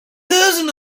cousin